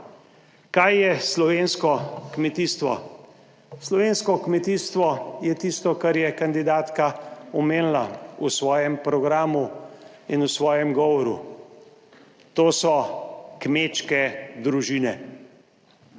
Kaj je slovensko kmetijstvo? Slovensko kmetijstvo je tisto, kar je kandidatka omenila v svojem programu in v svojem govoru. To so kmečke družine,